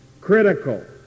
critical